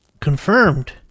confirmed